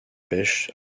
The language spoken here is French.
pêche